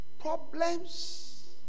problems